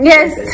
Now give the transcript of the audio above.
Yes